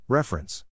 Reference